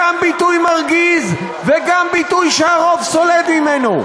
גם ביטוי מרגיז וגם ביטוי שהרוב סולד ממנו.